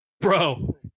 bro